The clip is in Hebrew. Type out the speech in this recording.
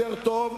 יותר טוב,